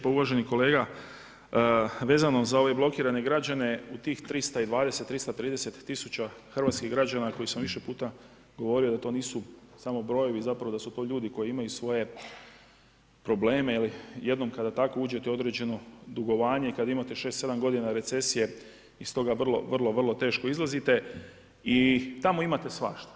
Pa uvaženi kolega, vezano za ove blokirane građane, u tih 320, 330 000 hrvatskih građana koje sam više puta govorio da to nisu samo brojevi zapravo da su to ljudi koji imaju svoje probleme jer jednom kada tako uđete u određeno dugovanje, kad imate 6, 7 godina recesije, iz toga vrlo. vrlo teško izlazite i tamo imate svašta.